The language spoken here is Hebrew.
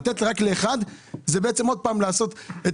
לתת רק לאחד יגרום לפערים.